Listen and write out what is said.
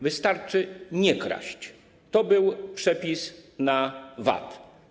Wystarczy nie kraść - to był przepis na VAT.